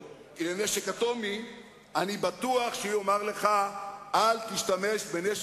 אני מבטיח לך שהכול יבוא על מקומו